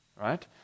right